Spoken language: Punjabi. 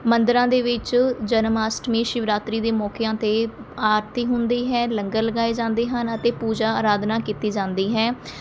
ਮੰਦਰਾਂ ਦੇ ਵਿੱਚ ਜਨਮ ਆਸ਼ਟਮੀ ਸ਼ਿਵਰਾਤਰੀ ਦੇ ਮੌਕਿਆ 'ਤੇ ਆਰਤੀ ਹੁੰਦੀ ਹੈ ਲੰਗਰ ਲਗਾਏ ਜਾਂਦੇ ਹਨ ਅਤੇ ਪੂਜਾ ਅਰਾਧਨਾ ਕੀਤੀ ਜਾਂਦੀ ਹੈ